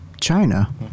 China